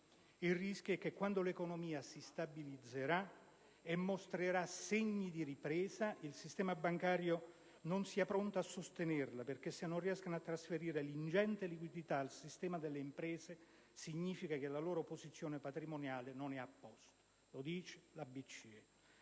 Il rischio è che quando l'economia si stabilizzerà e mostrerà segni di ripresa, il sistema bancario non sia pronto a sostenerla, perché se non riescono a trasferire l'ingente liquidità al sistema delle imprese, significa che la loro posizione patrimoniale non è a posto: queste sono